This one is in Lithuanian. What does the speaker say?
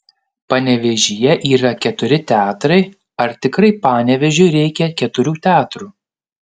panevėžyje yra keturi teatrai ar tikrai panevėžiui reikia keturių teatrų